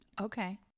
Okay